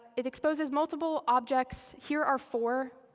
it exposes multiple objects. here are four.